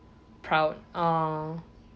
proud oh